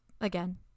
again